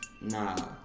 Nah